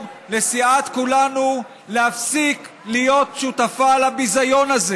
לסיעת כולנו להפסיק להיות שותפה לביזיון הזה.